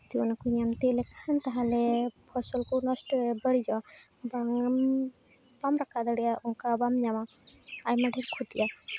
ᱡᱮᱢᱚᱱ ᱩᱱᱠᱩ ᱧᱮᱞᱛᱮ ᱮᱰᱮᱠᱷᱟᱱ ᱛᱟᱦᱚᱞᱮ ᱯᱷᱚᱥᱚᱞ ᱠᱚ ᱱᱚᱥᱴᱚᱭᱟ ᱵᱟᱹᱲᱤᱡᱟ ᱵᱟᱢ ᱴᱟᱠᱟ ᱫᱟᱲᱮᱭᱟᱜᱼᱟ ᱚᱱᱠᱟ ᱵᱟᱢ ᱧᱟᱢᱟ ᱟᱭᱢᱟ ᱰᱷᱮᱨ ᱠᱷᱚᱛᱤᱜᱼᱟ